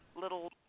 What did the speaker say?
little